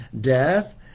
death